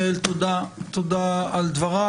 יעל, תודה על דברייך.